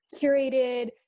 curated